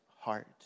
heart